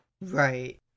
Right